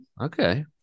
okay